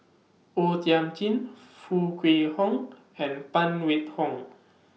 O Thiam Chin Foo Kwee Horng and Phan Wait Hong